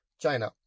China